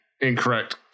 incorrect